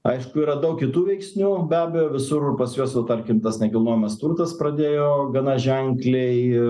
aišku yra daug kitų veiksnių be abejo visur pas juos va tarkim tas nekilnojamas turtas pradėjo gana ženkliai